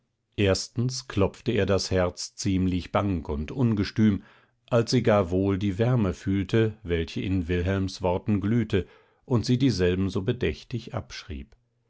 erstens klopfte ihr das herz ziemlich bang und ungestüm als sie gar wohl die wärme fühlte welche in wilhelms worten glühte und sie dieselben so bedächtig abschrieb